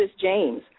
James